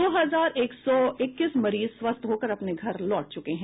दो हजार एक सौ इक्कीस मरीज स्वस्थ होकर अपने घर लौट चुके हैं